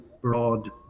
broad